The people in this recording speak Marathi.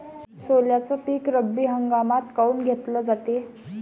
सोल्याचं पीक रब्बी हंगामातच काऊन घेतलं जाते?